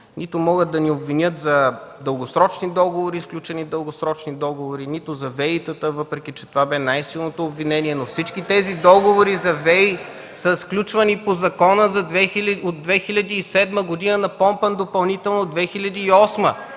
нито могат да ни обвиняват в сключени дългосрочни договори, нито за ВЕИ-тата, въпреки че това бе най-силното обвинение. Но всички тези договори за ВЕИ са сключвани по закона от 2007 г., напомпан допълнително 2008